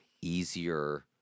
easier